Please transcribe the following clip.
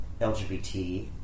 LGBT